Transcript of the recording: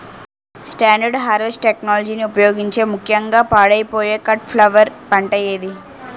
Standard harvest టెక్నాలజీని ఉపయోగించే ముక్యంగా పాడైపోయే కట్ ఫ్లవర్ పంట ఏది?